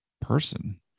person